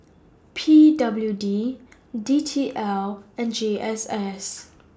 P W D D T L and G S S